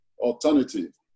alternative